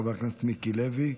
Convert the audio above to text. חבר הכנסת מיקי לוי,